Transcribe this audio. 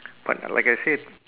but like I said